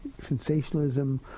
sensationalism